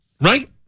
right